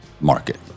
market